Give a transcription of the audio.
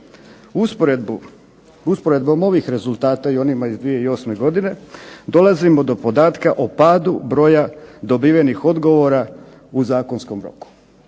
Usporedbom ovih rezultata i onih iz 2008. godine dolazimo do podatka o padu broja dobivenih odgovora u zakonskom roku,